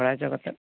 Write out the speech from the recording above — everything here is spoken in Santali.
ᱵᱟᱲᱟᱭ ᱚᱪᱚ ᱠᱟᱛᱮ